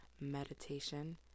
meditation